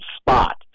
spot